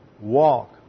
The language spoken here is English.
walk